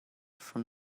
from